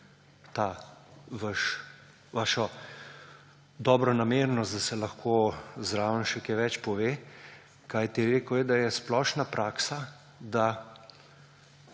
to vašo dobronamernost, da se lahko zraven še kaj več pove. Kajti rekel je, da je splošna praksa, da